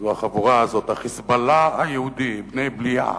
זו החבורה הזו, ה"חיזבאללה" היהודים, בני-בליעל.